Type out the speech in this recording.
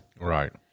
Right